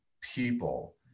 people